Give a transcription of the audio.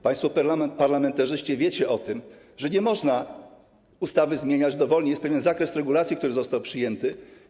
Państwo parlamentarzyści wiecie o tym, że nie można ustawy zmieniać dowolnie, jest pewien zakres regulacji, który został przyjęty.